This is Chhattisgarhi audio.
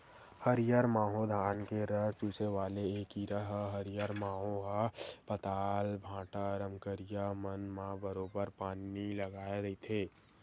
हरियर माहो धान के रस चूसे वाले ऐ कीरा ह हरियर माहो ह पताल, भांटा, रमकरिया मन म बरोबर बानी लगाय रहिथे